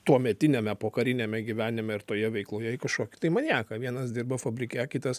tuometiniame pokariniame gyvenime ir toje veikloje į kažkokį tai maniaką vienas dirbo fabrike kitas